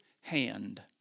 hand